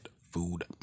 food